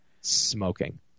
Smoking